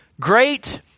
Great